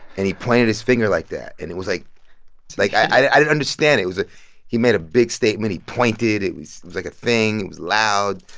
and he pointed his finger like that. and it was, like like i didn't understand. it was he made a big statement. he pointed. it was, like, a thing. it was loud.